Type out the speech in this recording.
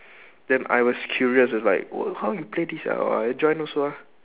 then I was curious it's like w~ how you play this ah oh I join also ah